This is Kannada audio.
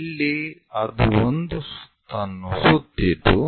ಇಲ್ಲಿ ಅದು ಒಂದು ಸುತ್ತನ್ನು ಸುತ್ತಿತು